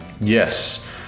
Yes